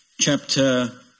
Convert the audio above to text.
Chapter